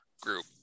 group